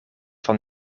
van